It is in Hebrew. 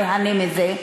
איהנה מזה?